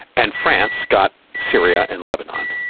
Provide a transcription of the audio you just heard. and france got syria and lebanon.